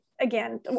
again